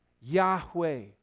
Yahweh